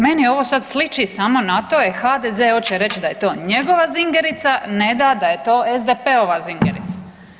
Meni ovo sad sliči samo na to jer HDZ hoće reći da je to njegova singerica, ne da da je to SDP-ova singerica.